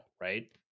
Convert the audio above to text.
right